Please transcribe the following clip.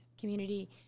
community